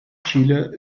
chile